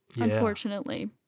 unfortunately